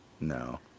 No